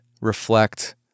reflect